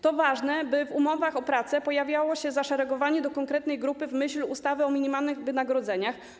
To ważne, by w umowach o pracę pojawiało się zaszeregowanie do konkretnej grupy w myśl ustawy o minimalnych wynagrodzeniach.